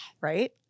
Right